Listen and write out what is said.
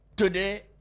Today